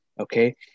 Okay